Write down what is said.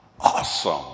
awesome